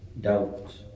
doubt